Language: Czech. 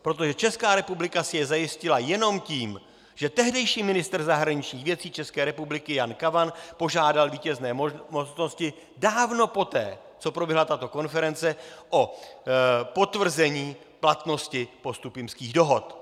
Protože Česká republika si je zajistila jenom tím, že tehdejší ministr zahraničních věcí České republiky Jan Kavan požádal vítězné mocnosti dávno poté, co proběhla tato konference, o potvrzení platnosti Postupimských dohod.